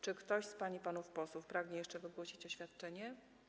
Czy ktoś z pań i panów posłów pragnie jeszcze wygłosić oświadczenie?